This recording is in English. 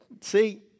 See